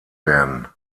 werden